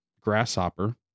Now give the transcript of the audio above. grasshopper